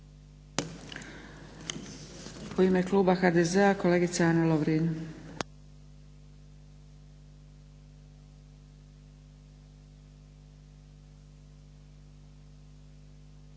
U ime kluba HDZ-a kolegica Ana Lovrin.